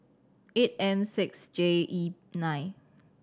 eight M six J E nine